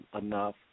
enough